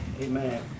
Amen